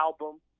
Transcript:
album